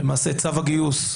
למעשה צו הגיוס,